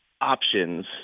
options